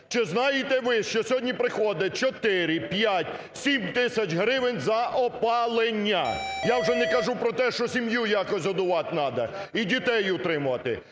Чи знаєте ви, що сьогодні приходить чотири, п'ять, сім тисяч гривень за опалення? Я вже не кажу про те, що сім'ю якось годувати нада і дітей утримувати.